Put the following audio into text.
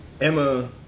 Emma